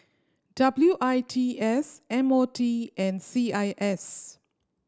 W I T S M O T and C I S